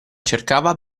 cercava